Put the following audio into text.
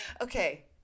Okay